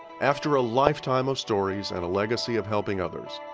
after a lifetime of stories and a legacy of helping others,